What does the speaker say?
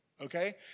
okay